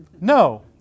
No